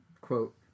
quote